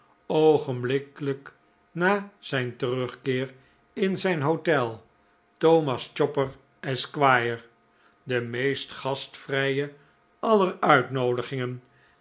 na zijn terugkeer in zijn hotel thomas chopper esq de meest gastvrije